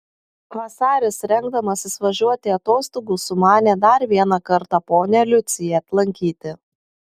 vasaris rengdamasis važiuoti atostogų sumanė dar vieną kartą ponią liuciją atlankyti